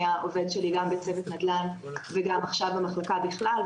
היה עובד שלי גם בצוות נדל"ן וגם עכשיו במחלקה בכלל,